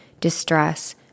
distress